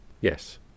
Yes